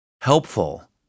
Helpful